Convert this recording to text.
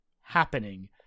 happening